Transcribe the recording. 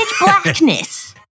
blackness